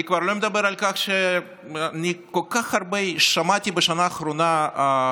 אני כבר לא מדבר על כך שבשנה האחרונה שמעתי